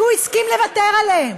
שהוא הסכים לוותר עליהם,